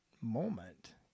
moment